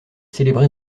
célébrée